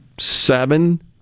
Seven